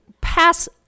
pass